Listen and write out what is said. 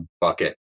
bucket